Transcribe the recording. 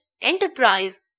enterprise